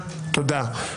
רבה.